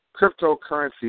cryptocurrency